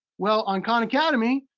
well, on khan academy,